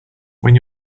when